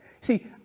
See